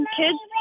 kids